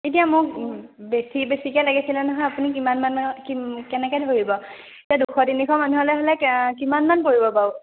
এতিয়া মোক বেছি বেছিকে লাগিছিলে নহয় আপুনি কিমান মান মানত কিম কেনেকে ধৰিব এই দুশ তিনিশ মানুহ হ'লে হ'লে কিমান মান পৰিব বাৰু